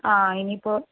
ആ ഇനിയിപ്പോൾ